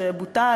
שבוטל,